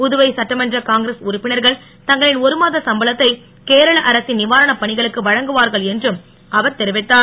புதுவை சட்டமன்ற காங்கிரஸ் உறுப்பினர்கள் தங்களின் ஒருமாத சம்பளத்தை கேரள அரசின் நிவாரண பணிகளுக்கு வழங்குவார்கள் என்றும் அவர் தெரிவித்தார்